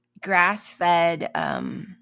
grass-fed